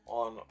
on